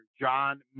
John